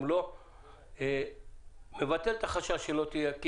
לו מבטלת את החשש שלא תהיה תחרות.